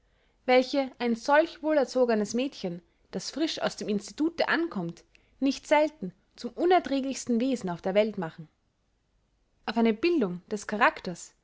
welche ein solch wohlerzogenes mädchen das frisch aus dem institute ankommt nicht selten zum unerträglichsten wesen auf der welt machen auf eine bildung des charakters